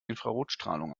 infrarotstrahlung